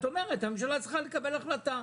את אומרת שהממשלה צריכה לקבל החלטות.